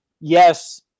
yes